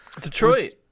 Detroit